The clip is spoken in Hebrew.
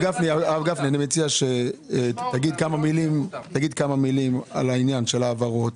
אני מציע שתגיד כמה מילים על העניין של ההעברות.